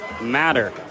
matter